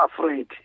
afraid